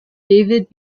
david